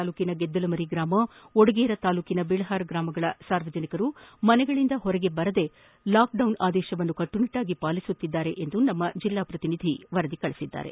ತಾಲೂಟನ ಗೆದ್ದಲಮರಿ ಗ್ರಾಮ ಒಡಗೇರ ತಾಲೂಕಿನ ಬಿಳ್ವಾರ್ ಗ್ರಾಮಗಳ ಸಾರ್ವಜನಿಕರು ಮನೆಗಳಿಂದ ಹೊರಗೆ ಬರದೆ ಲಾಕ್ಡೌನ್ ಆದೇಶವನ್ನು ಕಟ್ಟುನಿಟ್ವಾಗಿ ಪಾಲಿಸುತ್ತಿದ್ದಾರೆಂದು ನಮ್ಮ ಪ್ರತಿನಿಧಿ ವರದಿ ಮಾಡಿದ್ದಾರೆ